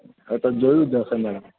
એ તો જોયું જશે મેડમ